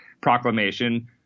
Proclamation